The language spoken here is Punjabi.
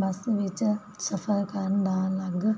ਬੱਸ ਵਿੱਚ ਸਫ਼ਰ ਕਰਨ ਦਾ ਅਲੱਗ